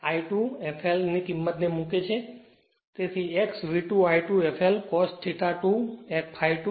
તેથી x V2 I2 fl cos theta 2 ∅2